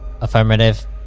Affirmative